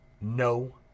no